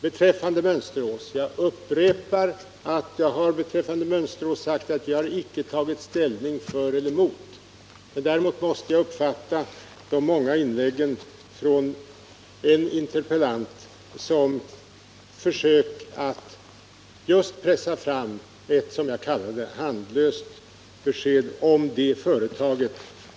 Beträffande Mönsterås upprepar jag att jag har sagt att vi icke har tagit ställning för eller emot. Däremot måste jag uppfatta de många inläggen från en interpellant som försök att just pressa fram ett, som jag kallar det, handlöst besked om det företaget.